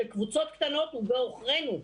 של קבוצות קטנות הוא בעוכרינו.